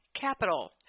capital